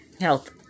health